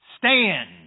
Stand